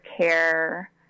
care